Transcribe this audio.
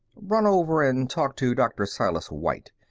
run over and talk to dr. silas white.